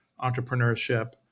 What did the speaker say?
entrepreneurship